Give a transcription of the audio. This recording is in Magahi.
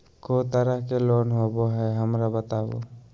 को तरह के लोन होवे हय, हमरा बताबो?